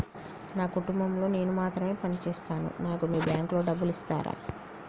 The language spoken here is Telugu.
నా కుటుంబం లో నేను మాత్రమే పని చేస్తాను నాకు మీ బ్యాంకు లో డబ్బులు ఇస్తరా?